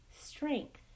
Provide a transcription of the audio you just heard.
strength